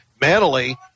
Mentally